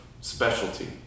specialty